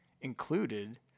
included